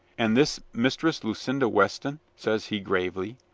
and this mistress lucinda weston, says he gravely,